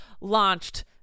launched